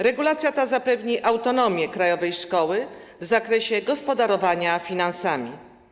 Regulacja ta zapewni autonomię krajowej szkoły w zakresie gospodarowania finansami.